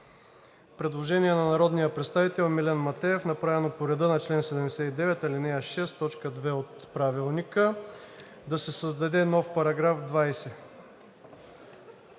Предложение на народния представител Милен Матеев, направено по реда на чл. 79, ал. 6, т. 2 от Правилника да се създаде нов § 20.